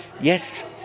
yes